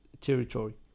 territory